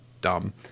dumb